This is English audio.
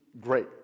great